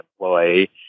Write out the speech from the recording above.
employee